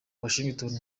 washington